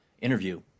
interview